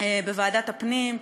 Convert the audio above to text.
בוועדת הפנים,